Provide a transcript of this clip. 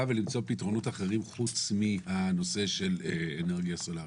ולמצוא פתרונות אחרים חוץ מהנושא של אנרגיה סולארית,